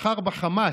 בחר בחמאס,